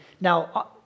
Now